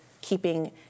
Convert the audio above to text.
keeping